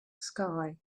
sky